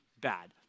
Bad